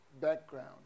background